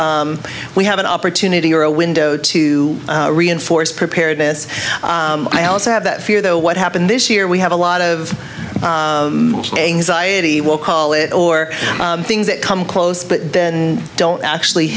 people we have an opportunity or a window to reinforce preparedness i also have that fear though what happened this year we have a lot of anxiety we'll call it or things that come close but then don't actually